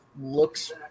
looks